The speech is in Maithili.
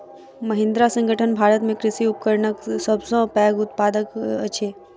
महिंद्रा संगठन भारत में कृषि उपकरणक सब सॅ पैघ उत्पादक अछि